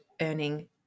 earning